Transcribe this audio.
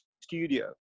studio